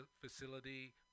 facility